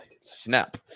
Snap